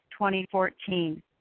2014